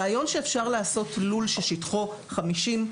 הרעיון שאפשר לעשות לול ששטחו 50,